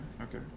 okay